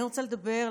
אני רוצה לדבר,